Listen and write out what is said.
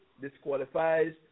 disqualifies